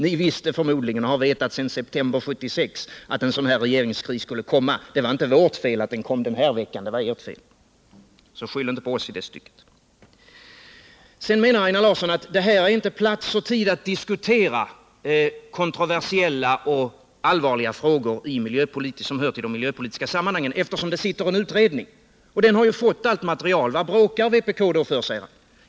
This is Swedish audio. Ni har förmodligen sedan september 1976 vetat om att en sådan här regeringskris skulle komma. Det var inte vårt fel att den kom den här veckan. Det var ert fel, så skyll inte på oss i det stycket! Vidare menar Einar Larsson att det här och nu inte är rätt plats och tid att diskutera kontroversiella och allvarliga frågor som hör till de miljöpolitiska sammanhangen, eftersom det pågår en utredning som har fått allt material. Vad bråkar då vpk för? säger han.